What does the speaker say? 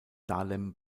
dahlem